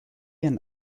and